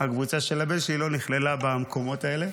הקבוצה של הבן שלי לא נכללה במקומות האלה,